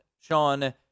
Sean